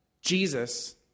Jesus